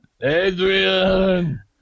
Adrian